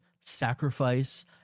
sacrifice